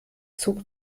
zog